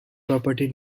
property